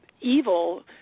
evil